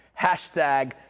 Hashtag